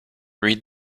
read